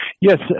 Yes